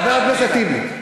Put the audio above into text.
חבר הכנסת ילין,